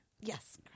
Yes